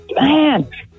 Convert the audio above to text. man